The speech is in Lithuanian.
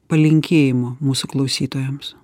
palinkėjimo mūsų klausytojams